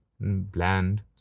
bland